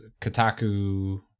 Kotaku